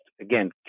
again